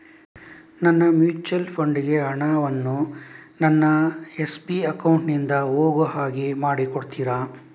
ನನ್ನ mutual fund ಗೆ ಹಣ ವನ್ನು ನನ್ನ ಎಸ್.ಬಿ ಅಕೌಂಟ್ ನಿಂದ ಹೋಗು ಹಾಗೆ ಮಾಡಿಕೊಡುತ್ತೀರಾ?